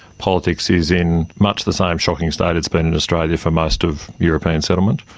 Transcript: politics is in much the same shocking state it has been in australia for most of european settlement.